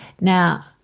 Now